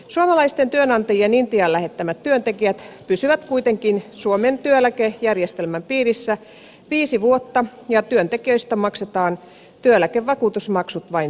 suomalaisten työnantajien intiaan lähettämät työntekijät pysyvät kuitenkin suomen työeläkejärjestelmän piirissä viisi vuotta ja työntekijöistä maksetaan työeläkevakuutusmaksut vain suomeen